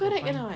correct or not